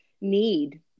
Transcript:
need